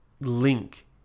link